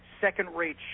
second-rate